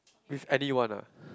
with anyone ah